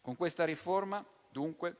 Con questa riforma, dunque,